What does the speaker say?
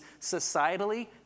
societally